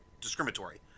discriminatory